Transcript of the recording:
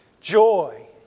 joy